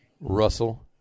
Russell